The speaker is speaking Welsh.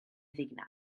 ddinas